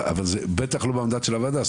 אבל זה בטח לא במנדט של הוועדה כאן,